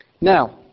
Now